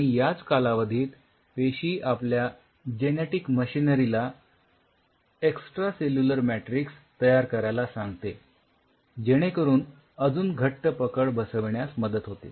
आणि याच कालावधीत पेशी आपल्या जेनेटिक मशिनरी ला एक्सट्रासेल्युलर मॅट्रिक्स तयार करायला सांगते जेणे करून अजुन घट्ट पकड बसविण्यास मदत होते